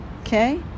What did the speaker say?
okay